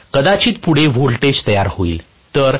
कदाचित पुढे व्होल्टेज तयार होईल